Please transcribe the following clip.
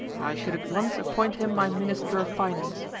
i should at once appoint him my minister of finance.